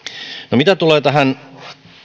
no mitä tulee tähän